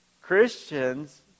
Christians